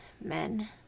men